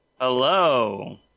Hello